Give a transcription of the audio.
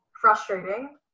frustrating